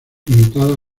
limitada